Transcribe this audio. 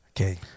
okay